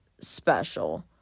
special